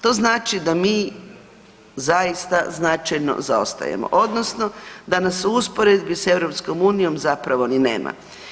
To znači da mi zaista značajno zaostajemo odnosno da nas se u usporedbi s EU zapravo ni nema.